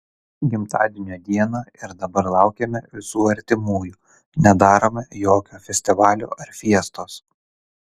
gimtadienio dieną ir dabar laukiame visų artimųjų nedarome jokio festivalio ar fiestos